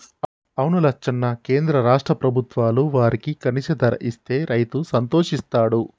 అవును లచ్చన్న కేంద్ర రాష్ట్ర ప్రభుత్వాలు వారికి కనీస ధర ఇస్తే రైతు సంతోషిస్తాడు